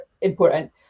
important